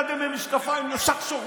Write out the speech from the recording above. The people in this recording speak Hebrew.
לא משנה שאחד עם משקפיים נשך שוטר.